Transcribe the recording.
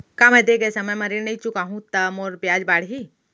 का मैं दे गए समय म ऋण नई चुकाहूँ त मोर ब्याज बाड़ही?